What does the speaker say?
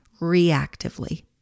reactively